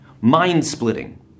mind-splitting